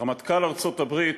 רמטכ"ל ארצות-הברית,